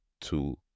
two